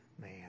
man